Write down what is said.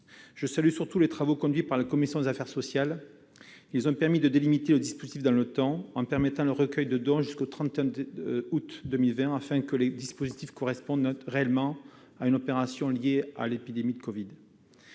Je salue les travaux conduits par la commission des affaires sociales. Ils ont permis de délimiter le dispositif dans le temps, en prévoyant le recueil de dons jusqu'au 31 août 2020, afin que les dispositifs correspondent réellement à une opération liée à l'épidémie de Covid-19.